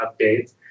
updates